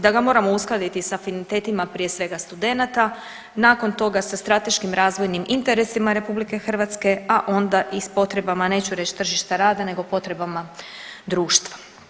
Da ga moramo uskladiti s afinitetima, prije svega, studenata, nakon toga sa strateškim razvojnim interesima RH, a onda i s potrebama, neću reći tržišta rada nego potrebama društva.